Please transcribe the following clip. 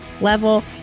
level